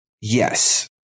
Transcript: yes